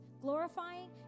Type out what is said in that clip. glorifying